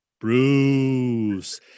Bruce